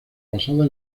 basada